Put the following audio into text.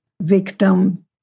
victim